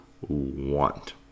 want